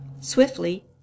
Swiftly